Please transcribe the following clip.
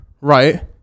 right